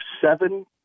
seven